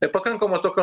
pakankamo tokio